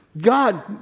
God